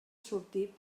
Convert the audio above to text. sortir